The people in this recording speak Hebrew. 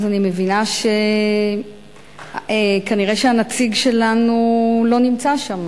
אני מבינה שכנראה שהנציג שלנו לא נמצא שם.